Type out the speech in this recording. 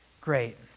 great